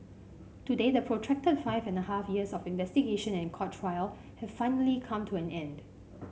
today the protracted five and a half years of investigation and court trial have finally come to an end